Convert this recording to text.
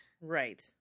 right